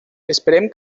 esperem